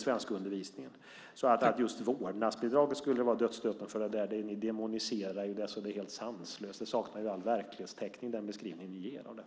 svenskundervisningen. Att just vårdnadsbidraget skulle vara dödsstöten för detta är att demonisera. Det är helt sanslöst, och den beskrivning som ni ger av detta saknar all verklighetstäckning.